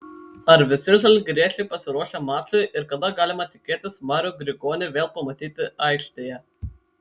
ar visi žalgiriečiai pasiruošę mačui ir kada galima tikėtis marių grigonį vėl pamatyti aikštėje